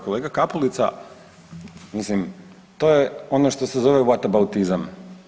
Kolega Kapulica mislim to je ono što se zove whataboutizam.